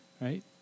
right